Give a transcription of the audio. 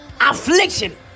affliction